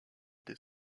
des